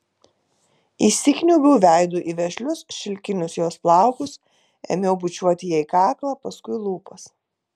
įsikniaubiau veidu į vešlius šilkinius jos plaukus ėmiau bučiuoti jai kaklą paskui lūpas